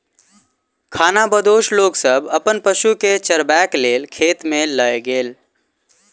खानाबदोश लोक सब अपन पशु के चरबै के लेल खेत में लय गेल